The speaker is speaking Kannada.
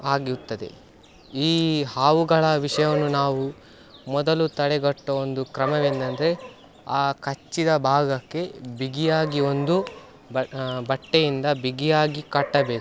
ಆಗಿರುತ್ತದೆ ಈ ಹಾವುಗಳ ವಿಷವನ್ನು ನಾವು ಮೊದಲು ತಡೆಗಟ್ಟುವ ಒಂದು ಕ್ರಮವೇನಂದರೆ ಆ ಕಚ್ಚಿದ ಭಾಗಕ್ಕೆ ಬಿಗಿಯಾಗಿ ಒಂದು ಬಟ್ಟೆಯಿಂದ ಬಿಗಿಯಾಗಿ ಕಟ್ಟಬೇಕು